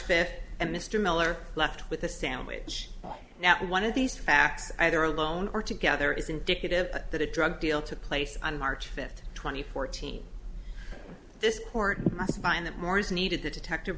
fifth and mr miller left with the sandwich now one of these facts either alone or together is indicative that a drug deal took place on march fifth twenty fourteen this court find that more is needed the detective